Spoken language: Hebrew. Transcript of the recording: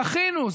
זכינו,